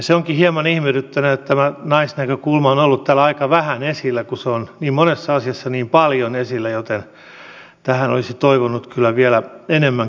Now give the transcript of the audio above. se onkin hieman ihmetyttänyt että tämä naisnäkökulma on ollut täällä aika vähän esillä kun se on niin monessa asiassa niin paljon esillä joten tähän olisi toivonut kyllä vielä enemmän keskustelua